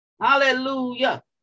Hallelujah